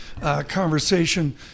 conversation